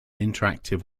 interactive